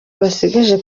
basigaje